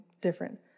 different